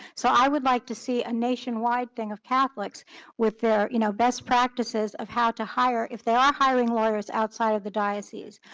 so, i would like to see a nationwide thing of catholics with their you know best practices of how to hire if they are hiring lawyers outside of the diocese.